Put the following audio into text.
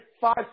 five